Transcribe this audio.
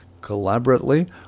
collaboratively